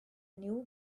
new